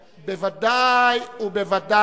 ודאי, בוודאי.